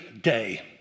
day